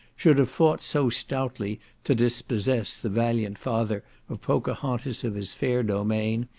should have fought so stoutly to dispossess the valiant father of pocohantas of his fair domain,